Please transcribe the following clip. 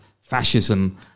fascism